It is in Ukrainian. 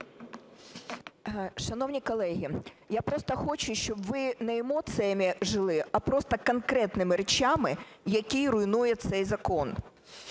Шановні колеги, я просто хочу, щоб ви не емоціями жили, а просто конкретними речами, які руйнує цей закон.